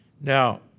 Now